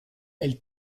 elle